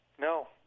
No